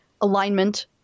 alignment